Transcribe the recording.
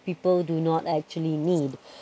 people do not actually need